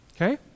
okay